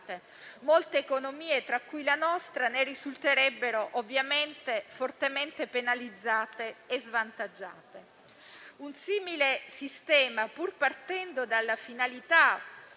Molte economie, tra cui la nostra, ne risulterebbero ovviamente fortemente penalizzate e svantaggiate. Un simile sistema, pur partendo dalla finalità